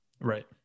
Right